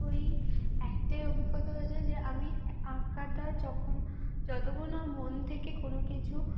ওই একটাই অভিজ্ঞতা হয়েছে যে আমি আঁকাটা যখন যতক্ষণ না মন থেকে কোনো কিছু